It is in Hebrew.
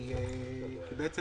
כי זה בעצם